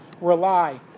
rely